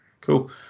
Cool